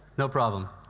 no problem.